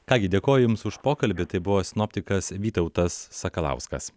ką gi dėkoju jums už pokalbį tai buvo sinoptikas vytautas sakalauskas